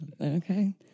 Okay